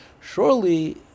surely